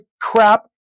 crap